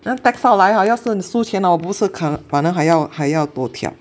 那 tax 到来 ha 要是输钱 ha 我不是可能反而还要还要 tothiap